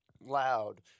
loud